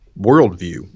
worldview